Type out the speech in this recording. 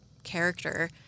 Character